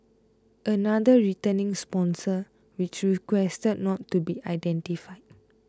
another returning sponsor which requested not to be identified